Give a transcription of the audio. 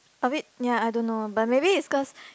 a bit ya I don't know but maybe it's cause